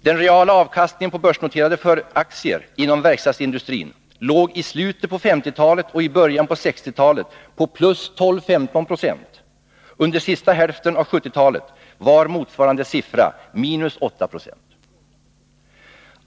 Den reala avkastningen på börsnoterade aktier inom verkstadsindustrin lågislutet på 1950-talet och början på 1960-talet på plus 12-15 96. Men under sista hälften av 1970-talet var motsvarande siffra minus 8 90.